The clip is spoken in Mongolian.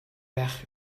байх